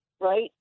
right